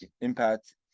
impact